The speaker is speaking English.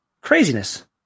craziness